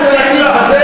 תנגב חומוס בדמשק בחינם.